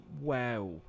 wow